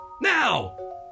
Now